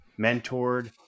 mentored